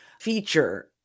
feature